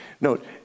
Note